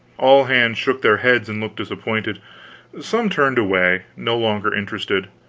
all hands shook their heads and looked disappointed some turned away, no longer interested.